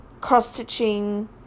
cross-stitching